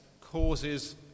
causes